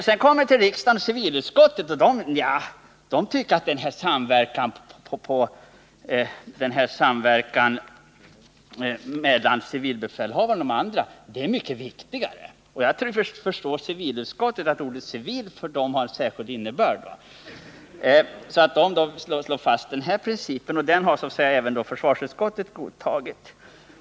Sedan kommer frågan för yttrande till civilutskottet och där tycker man att samverkan mellan civilbefälhavare och andra civila är mycket viktigare. Jag förstår att ordet ”civil” för civilutskottet har en särskild innebörd. Man slår alltså fast en rakt motsatt princip, som också försvarsutskottet har godtagit.